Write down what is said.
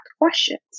questions